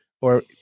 Or-